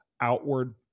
outward